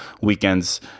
weekends